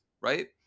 right